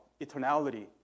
eternality